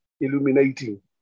illuminating